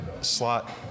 slot